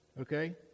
Okay